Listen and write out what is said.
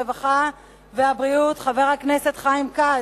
הרווחה והבריאות חבר הכנסת חיים כץ,